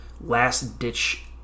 last-ditch